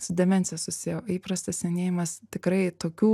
su demencija susiję o įprastas senėjimas tikrai tokių